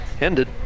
ended